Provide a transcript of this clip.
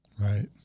right